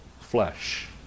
flesh